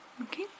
Okay